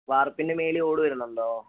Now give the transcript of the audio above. വാർപ്പിന് മേളിൽ ഓട് വരുന്നുണ്ടോ